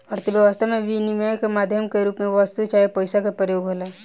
अर्थव्यस्था में बिनिमय के माध्यम के रूप में वस्तु चाहे पईसा के प्रयोग होला